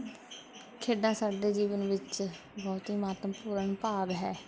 ਖੇਡਾਂ ਸਾਡੇ ਜੀਵਨ ਵਿੱਚ ਬਹੁਤ ਹੀ ਮਹੱਤਵਪੂਰਨ ਭਾਗ ਹਨ